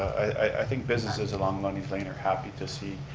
i think businesses along lundy's lane are happy to see